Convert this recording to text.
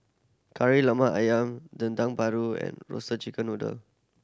Kari Lemak Ayam Dendeng Paru and Roasted Chicken Noodle